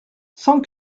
cent